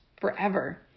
forever